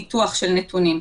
ניתוח של נתונים,